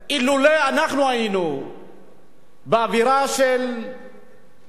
אילולא אנחנו היינו באווירה של דמוקרטיה